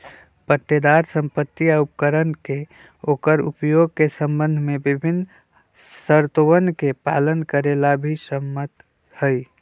पट्टेदार संपत्ति या उपकरण के ओकर उपयोग के संबंध में विभिन्न शर्तोवन के पालन करे ला भी सहमत हई